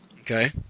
Okay